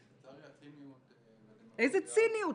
לצערי, הציניות והדמגוגיה --- איזו ציניות?